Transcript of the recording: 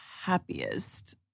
happiest